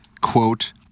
quote